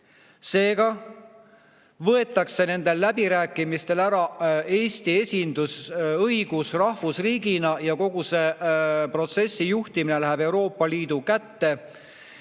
Seega võetakse nendel läbirääkimistel ära Eesti esindusõigus rahvusriigina ja kogu selle protsessi juhtimine läheb Euroopa Liidu kätte.